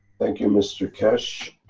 thank you mr keshe,